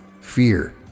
fear